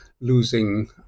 losing